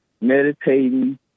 meditating